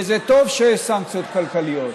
וזה טוב שיש סנקציות כלכליות.